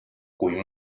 kui